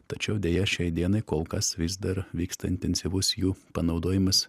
tačiau deja šiai dienai kol kas vis dar vyksta intensyvus jų panaudojimas